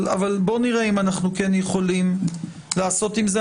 אבל בואו נראה אם אנחנו כן יכולים לעשות עם זה.